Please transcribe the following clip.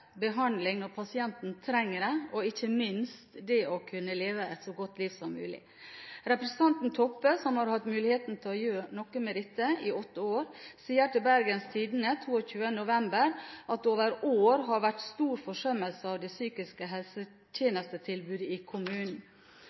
behandling når pasienten trenger det og, ikke minst, det å kunne leve et så godt liv som mulig. Representanten Toppe, som har hatt muligheten til å gjøre noe med dette i åtte år, sa til Bergens Tidende den 21. november at «det over år har vært en stor forsømmelse av det psykiske helsetjenestetilbudet i